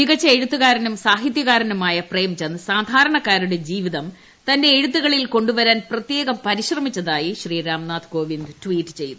മികച്ച എഴുത്തുകാരനും സാഹിത്യകാരനുമായ പ്രേംചന്ദ് സാധാരണക്കാരുടെ ജീവിതം തന്റെ എഴുത്തുകളിൽ കൊണ്ടുവരാൻ പ്രത്യേകം പരിശ്രമിച്ചതായി ശ്രീ രാംനാഥ് കോവിന്ദ് ട്വീറ്റ് ചെയ്തു